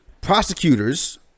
prosecutors